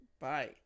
bye